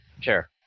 Sure